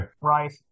Right